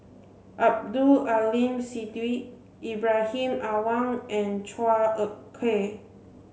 Abdul Aleem Siddique Ibrahim Awang and Chua Ek Kay